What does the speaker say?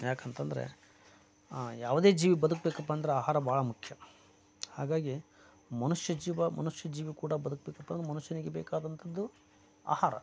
ಯಾಕಂತಂದರೆ ಯಾವುದೇ ಜೀವಿ ಬದುಕ್ಬೇಕಪ್ಪಂದ್ರೆ ಆಹಾರ ಭಾಳ ಮುಖ್ಯ ಹಾಗಾಗಿ ಮನುಷ್ಯ ಜೀವ ಮನುಷ್ಯ ಜೀವಿ ಕೂಡ ಬದುಕಬೇಕಪ್ಪ ಅಂದ್ರೆ ಮನುಷ್ಯನಿಗೆ ಬೇಕಾದಂಥದ್ದು ಆಹಾರ